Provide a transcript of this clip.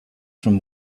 from